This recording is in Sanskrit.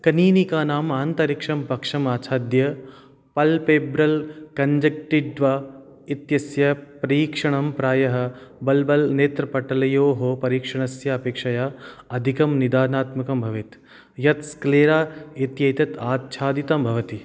कनीनिकानाम् आन्तरिक्षं पक्षमाच्छाद्य पल्पेब्रल् कञ्जङ्क्टिद्वा इत्यस्य परीक्षणं प्रायः बल्बल् नेत्रपटलयोः परीक्षणस्य अपेक्षया अधिकं निदानात्मकं भवेत् यत् स्क्लेरा इत्येतत् आच्छादितं भवति